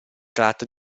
tratta